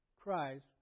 Christ